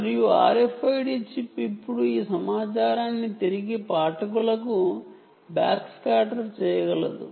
మరియు RFID chip ఇప్పుడు ఈ సమాచారాన్ని తిరిగి రీడర్లకు బ్యాక్స్కాటర్ చేయగలదు